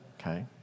okay